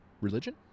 religion